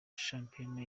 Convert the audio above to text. shampiyona